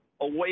away